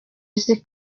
isi